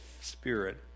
spirit